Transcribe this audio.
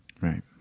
Right